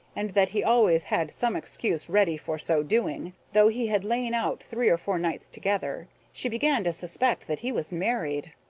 and that he always had some excuse ready for so doing, though he had lain out three or four nights together, she began to suspect that he was married,